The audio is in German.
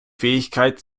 fähigkeit